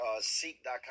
Seek.com